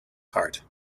heart